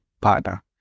partner